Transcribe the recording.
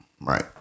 Right